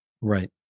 Right